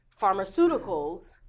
pharmaceuticals